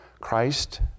Christ